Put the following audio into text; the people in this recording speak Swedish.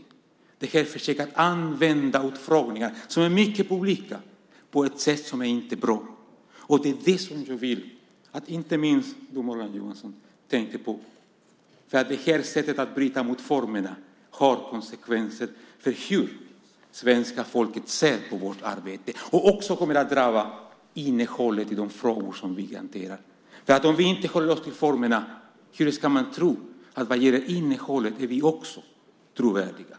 Detta försök att använda utfrågningar som är mycket publika på ett sätt som inte är bra är en följd av politiseringen. Det är det som jag vill att inte minst du, Morgan Johansson, tänker på. Detta sätt att bryta mot formerna har konsekvenser för hur svenska folket ser på vårt arbete, och det kommer också att drabba innehållet i de frågor som vi hanterar. Hur ska man kunna tro på innehållet om vi inte håller oss till formerna? Hur ska vi kunna vara trovärdiga?